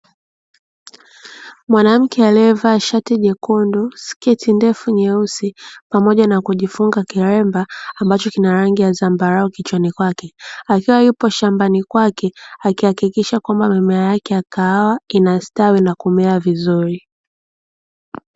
Mwanamke aliyevaa shati jekundu, sketi ndefu nyeusi pamoja na kujifunga kiremba ambacho kina rangi ya zambarau kichwani kwake, akiwa yupo shambani kwake akihakikisha kwamba mimea yake ya kahawa inastawi na kumea vizuri.